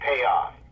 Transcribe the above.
payoff